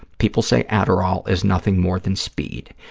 people say adderall is nothing more than speed.